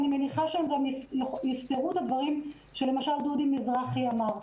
ואני מניחה שהם גם יסקרו את הדברים שלמשל דודי מזרחי אמר.